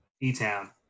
E-Town